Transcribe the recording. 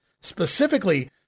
specifically